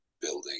building